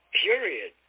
period